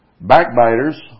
Backbiters